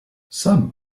some